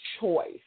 choice